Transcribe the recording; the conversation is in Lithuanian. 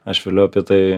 aš vėliau apie tai